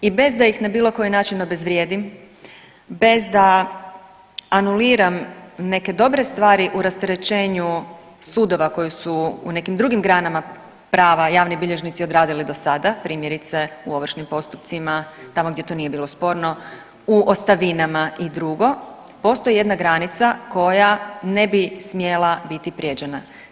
I bez da ih na bilo koji način obezvrijedim, bez da anuliram neke dobre stvari u rasterećenu sudova koji su u nekim drugim granama prava javni bilježnici odradili do sada, primjerice u ovršnim postupcima tamo gdje to nije bilo sporno, u ostavinama i dr., postoji jedna granica koja ne bi smjela biti prijeđena.